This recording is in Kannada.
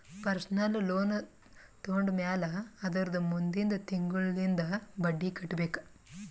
ಪರ್ಸನಲ್ ಲೋನ್ ತೊಂಡಮ್ಯಾಲ್ ಅದುರ್ದ ಮುಂದಿಂದ್ ತಿಂಗುಳ್ಲಿಂದ್ ಬಡ್ಡಿ ಕಟ್ಬೇಕ್